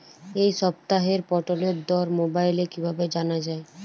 এই সপ্তাহের পটলের দর মোবাইলে কিভাবে জানা যায়?